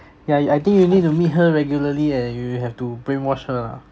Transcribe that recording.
yeah I think you need to meet her regularly eh you you have to brainwash her lah